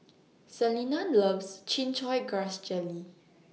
Selina loves Chin Chow Grass Jelly